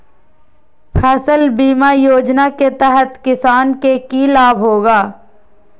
फसल बीमा योजना के तहत किसान के की लाभ होगा?